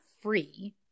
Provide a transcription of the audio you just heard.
free